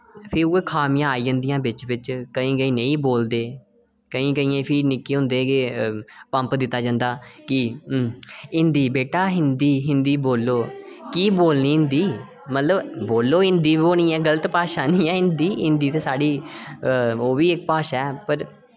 फ्ही उऐ खामियां आई जनदियां बिच बिच केईं केईं नेईं बोलदे केईं केइयें फ्ही निक्के होंदे गे पंप दित्ता जन्दा की हिंदी बीटा हिंदी हिंदी बोलो की बोलनी हिंदी मतलब बोलो हिंदी वो नेईं ऐ गलत भाशा नेईं ऐ हिंदी हिंदी ते साढ़ी ओ बी इक भाशा ऐ